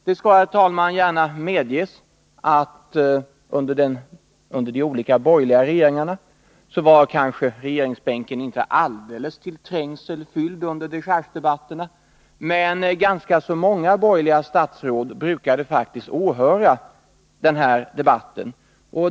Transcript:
Det skall gärna medges, herr talman, att regeringsbänken under de olika borgerliga regeringarna kanske inte var alldeles till trängsel fylld under dechargedebatterna, men ganska många borgerliga statsråd brukade faktiskt åhöra den debatten.